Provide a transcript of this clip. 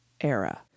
era